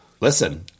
Listen